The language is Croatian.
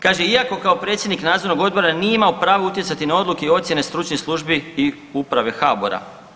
Kaže, iako kao predsjednik nadzornog odbora nije imao pravo utjecati na odluke i ocjene stručnih službi i uprave HABOR-a.